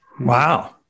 Wow